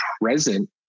present